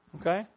Okay